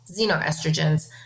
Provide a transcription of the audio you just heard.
xenoestrogens